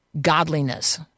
godliness